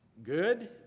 good